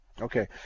Okay